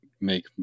make